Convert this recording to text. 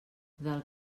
del